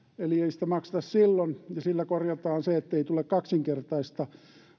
ei sitä makseta silloin ja sillä korjataan se ettei tule kaksinkertaista